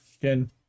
Again